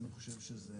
אני חושב שזה